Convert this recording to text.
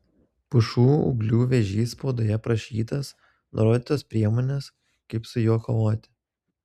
pušų ūglių vėžys spaudoje aprašytas nurodytos priemonės kaip su juo kovoti